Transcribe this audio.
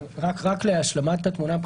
רק להשלמת התמונה,